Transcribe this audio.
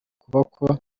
kuboko